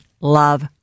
love